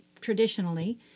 traditionally